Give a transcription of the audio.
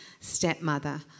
stepmother